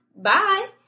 bye